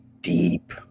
deep